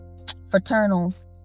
fraternals